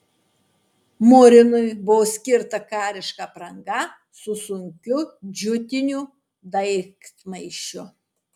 murinui buvo skirta kariška apranga su sunkiu džiutiniu daiktmaišiu